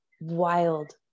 wild